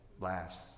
laughs